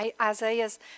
Isaiah's